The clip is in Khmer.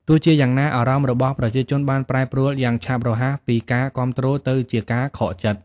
ទោះជាយ៉ាងណា អារម្មណ៍របស់ប្រជាជនបានប្រែប្រួលយ៉ាងឆាប់រហ័សពីការគាំទ្រទៅជាការខកចិត្ត។